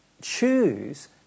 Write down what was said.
choose